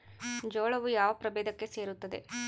ಜೋಳವು ಯಾವ ಪ್ರಭೇದಕ್ಕೆ ಸೇರುತ್ತದೆ?